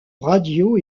radio